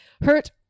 hurt